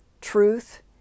truth